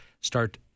start